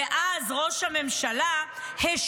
ראש הממשלה דאז,